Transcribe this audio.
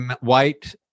white